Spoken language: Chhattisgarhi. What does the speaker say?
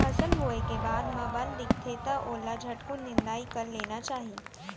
फसल बोए के बाद म बन दिखथे त ओला झटकुन निंदाई कर लेना चाही